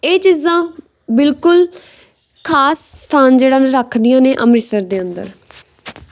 ਇਹ ਚੀਜ਼ਾਂ ਬਿਲਕੁਲ ਖਾਸ ਸਥਾਨ ਜਿਹੜਾ ਰੱਖਦੀਆਂ ਨੇ ਅੰਮ੍ਰਿਤਸਰ ਦੇ ਅੰਦਰ